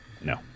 No